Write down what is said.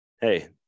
Hey